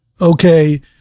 Okay